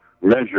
measure